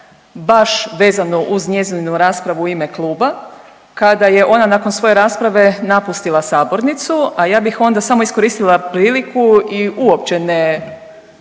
baš vezano uz njezinu raspravu u ime kluba kada je ona nakon svoje rasprave napustila sabornicu, a ja bih onda samo iskoristila priliku i uopće ne